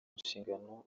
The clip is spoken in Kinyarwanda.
nshingano